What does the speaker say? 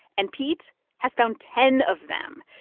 and pete has found ten of them.